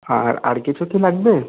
আর আর কিছু কি লাগবে